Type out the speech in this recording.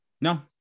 No